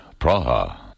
Praha